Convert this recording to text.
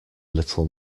little